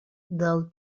del